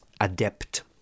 adept